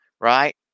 right